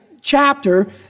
chapter